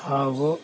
ಹಾಗು